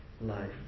life